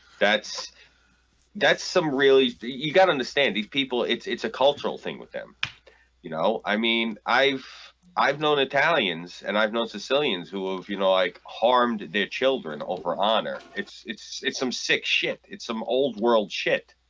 that's that's some really you got understand these people it's it's a cultural thing with him you know i mean i've i've known italians and i've known sicilians who i you know like harmed their children over honor. it's it's it's some sick shit. it's some old-world shit